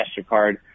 MasterCard